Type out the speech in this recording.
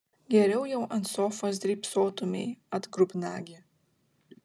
geriau jau ant sofos drybsotumei atgrubnagi